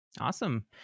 Awesome